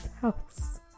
house